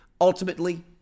Ultimately